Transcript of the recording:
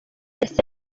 wese